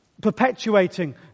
perpetuating